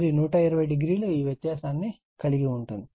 మరియు 120o ఈ వ్యత్యాసాన్ని కలిగి ఉంటుంది